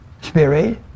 spirit